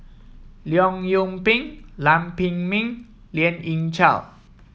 Leong Yoon Pin Lam Pin Min and Lien Ying Chow